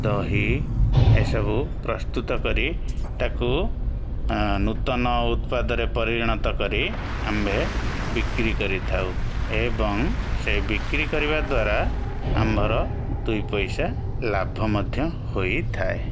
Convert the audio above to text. ଦହି ଏସବୁ ପ୍ରସ୍ତୁତ କରି ତାକୁ ନୂତନ ଉତ୍ପାଦରେ ପରିଣତ କରି ଆମ୍ଭେ ବିକ୍ରି କରିଥାଉ ଏବଂ ସେ ବିକ୍ରିକରିବା ଦ୍ୱାରା ଆମ୍ଭର ଦୁଇ ପଇସା ଲାଭ ମଧ୍ୟ ହୋଇଥାଏ